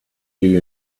you